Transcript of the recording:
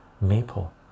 Maple